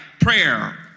prayer